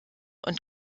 und